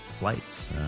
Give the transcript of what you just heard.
Flights